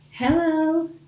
Hello